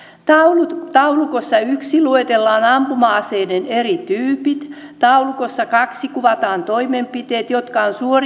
taulukossa taulukossa yhteen luetellaan ampuma aseiden eri tyypit taulukossa kahteen kuvataan toimenpiteet jotka on suoritettava